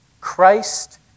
Christ